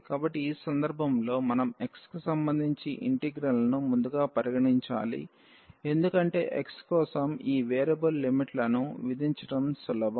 కాబట్టి ఈ సందర్భంలో మనం x కి సంబంధించి ఇంటిగ్రల్ను ముందుగా పరిగణించాలి ఎందుకంటే x కోసం ఈ వేరియబుల్ లిమిట్లను విధించడం సులభం